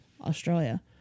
Australia